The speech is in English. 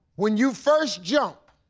when you first jump,